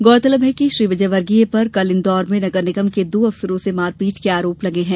गौरतलब है कि श्री विजयवर्गीय पर कल इंदौर में नगर निगम के दो अफसरों से मारपीट के आरोप लगे हैं